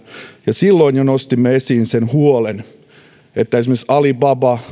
silloin jo nostimme esiin sen huolen että esimeriksi alibaba